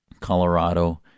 Colorado